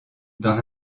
dans